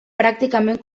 pràcticament